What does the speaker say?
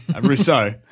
Rousseau